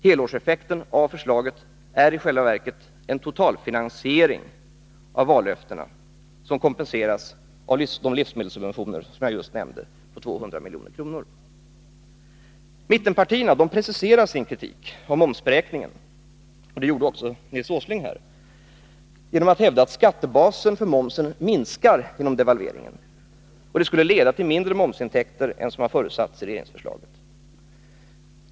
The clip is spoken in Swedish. Helårseffekten av förslaget innebär i själva verket en totalfinansiering av vallöftena som kompenseras av de livsmedelssubventioner, som jag just nämnde, på 200 milj.kr. Mittenpartierna preciserar sin kritik av momsberäkningen, det gjorde även Nils Åsling här, genom att hävda att skattebasen för momsen minskar genom devalveringen, vilket skulle leda till mindre momsintäkter än som förutsatts i regeringsförslaget.